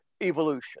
evolution